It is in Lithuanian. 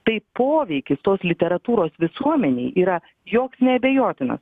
tai poveikį tos literatūros visuomenei yra joks neabejotinas